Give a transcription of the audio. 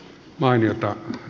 mainiota